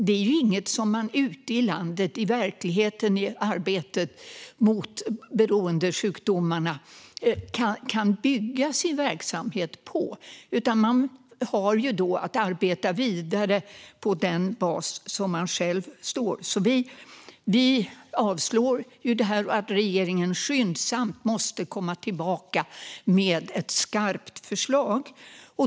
Det är ju inget som man ute i landet, i arbetet i verkligheten med beroendesjukdomarna, kan bygga sin verksamhet på. Man har att arbeta vidare på den bas som man själv står på. Vi vill alltså avslå detta och säger att regeringen skyndsamt måste komma tillbaka med ett skarpt förslag.